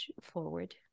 forward